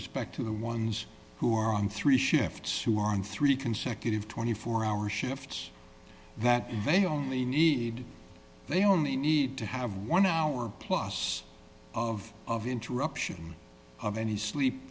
respect to the ones who are on three shifts who are on three consecutive twenty four hour shifts that they need they only need to have one hour plus of of interruption of any sleep